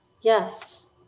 Yes